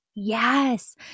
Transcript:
Yes